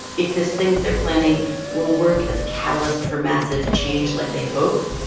if this thing they're planning will work as a catalyst for massive change like they hope,